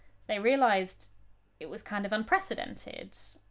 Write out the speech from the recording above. they realized it was kind of unprecedented.